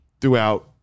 throughout